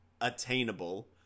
attainable